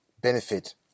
benefit